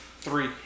Three